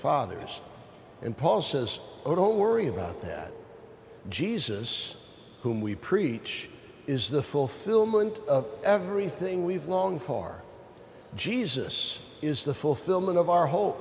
fathers and paul says oh don't worry about that jesus whom we preach is the fulfillment of everything we've long far jesus is the fulfillment of our ho